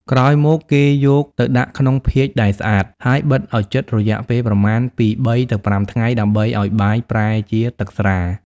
ក្រោយមក គេយកទៅដាក់ក្នុងភាជន៍ដែលស្អាត ហើយបិទឱ្យជិតរយៈពេលប្រមាណពី ៣ ទៅ ៥ ថ្ងៃ ដើម្បីឱ្យបាយប្រែជាទឹកស្រា។